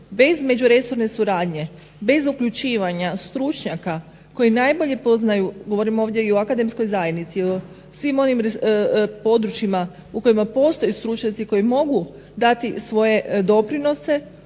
Bez međuresorne suradnje, bez uključivanja stručnjaka koji najbolju poznaju, govorim ovdje i o akademskoj zajednici i o svim onim područjima u kojima postoje stručnjaci koji mogu dati svoje doprinose